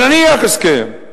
אבל נניח הסכם.